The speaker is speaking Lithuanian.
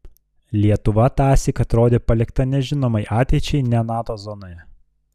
lietuva tąsyk atrodė palikta nežinomai ateičiai ne nato zonoje